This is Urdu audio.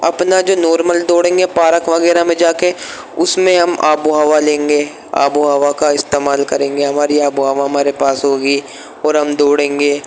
اپنا جو نارمل دوڑیں گے پارک وغیرہ میں جا کے اس میں ہم آب و ہوا لیں گے آب و ہوا کا استعمال کریں گے ہماری آب و ہوا ہمارے پاس ہوگی اور ہم دوڑیں گے